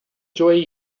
joy